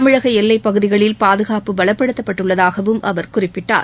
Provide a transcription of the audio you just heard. தமிழக எல்லைப் பகுதிகளில் பாதுகாப்பு பலப்படுத்தப்பட்டுள்ளதாகவும் அவர் குறிப்பிட்டார்